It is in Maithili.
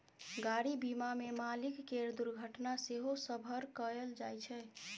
गाड़ी बीमा मे मालिक केर दुर्घटना सेहो कभर कएल जाइ छै